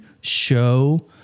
show